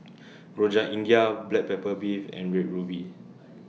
Rojak India Black Pepper Beef and Red Ruby